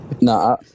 no